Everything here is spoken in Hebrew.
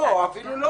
לא, אפילו.